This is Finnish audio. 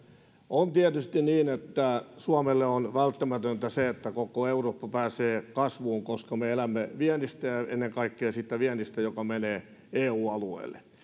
on tietysti niin että suomelle on välttämätöntä se että koko eurooppa pääsee kasvuun koska me elämme viennistä ja ja ennen kaikkea siitä viennistä joka menee eu alueelle